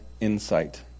insight